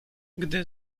gdy